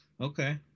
okay